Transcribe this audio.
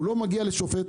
הוא לא מגיע לשופט,